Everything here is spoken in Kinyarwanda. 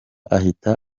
ahita